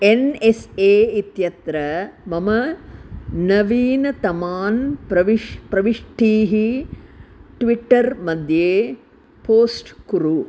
N S A इत्यत्र मम नवीनतमान् प्रविश् प्रविष्टिं ट्विट्टर्मध्ये पोस्ट् कुरु